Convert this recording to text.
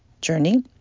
journey